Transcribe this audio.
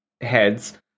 heads